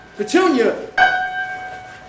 Petunia